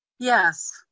Yes